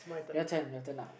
your turn your turn now